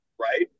right